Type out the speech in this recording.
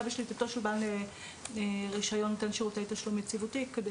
בשליטתו של בעל רישיון נותן שירותי תשלום יציבותי כדי